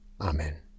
Amen